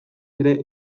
ere